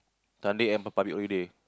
Sunday and public holiday